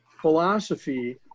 philosophy